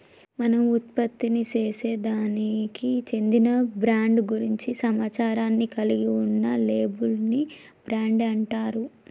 మనం ఉత్పత్తిసేసే దానికి చెందిన బ్రాండ్ గురించి సమాచారాన్ని కలిగి ఉన్న లేబుల్ ని బ్రాండ్ అంటారు